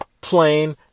Plain